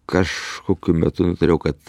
kažkokiu metu nutariau kad